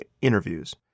interviews